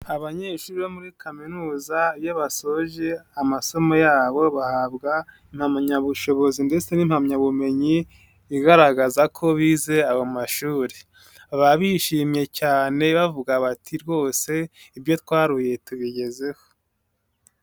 Abanyeshuri bo muri kaminuza iyo basoje amasomo yabo, bahabwa impamyabushobozi ndetse n'impamyabumenyi igaragaza ko bize ayo mashuri. Baba bishimye cyane bavuga bati rwose ibyo twaruye tubigezeho.